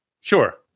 sure